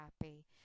happy